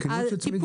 תקינות של צמיג.